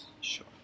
Sure